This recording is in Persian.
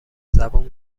زبون